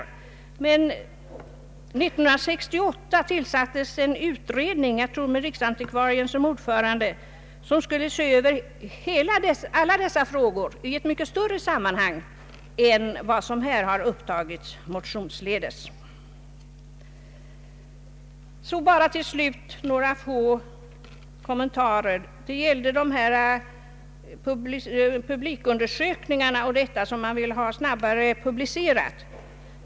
År 1968 tillsattes en utredning, där jag tror att riksantikvarien är ordförande och som skulle se över alla dessa frågor i ett mycket större sammanhang än vad som här har upptagits i motionen. Till slut några få kommentarer angående publikundersökningarna och ett snabbare publicerande av dem.